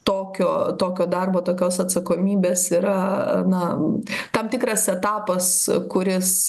tokio tokio darbo tokios atsakomybės yra na tam tikras etapas kuris